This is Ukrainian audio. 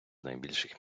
найбільших